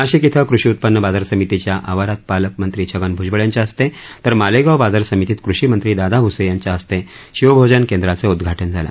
नाशिक इथं कृषी उत्पन्न बाजार समितीच्या आवारात पालकमंत्री छगन भूजबळ यांच्या हस्ते तर मालेगाव बाजार समितीत कृषी मंत्री दादा भूसे यांच्या हस्ते शिवभोजन केंद्राचं उद्घाटन झालं